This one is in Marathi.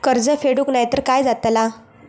कर्ज फेडूक नाय तर काय जाताला?